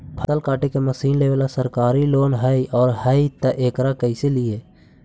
फसल काटे के मशीन लेबेला सरकारी लोन हई और हई त एकरा कैसे लियै?